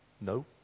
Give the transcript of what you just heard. No